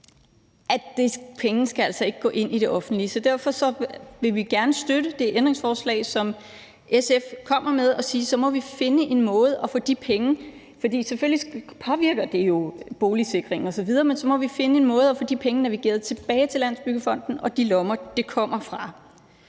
at pengene altså ikke skal gå ind i det offentlige. Så derfor vil vi gerne støtte det ændringsforslag, som SF kommer med, og sige, at så må vi finde en måde – for selvfølgelig påvirker det jo boligsikringen osv. – at få de penge navigeret tilbage til Landsbyggefonden på og de lommer, de kommer fra.